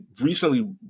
recently